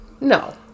No